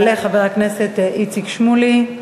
יעלה חבר הכנסת איציק שמולי.